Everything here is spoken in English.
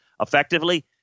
effectively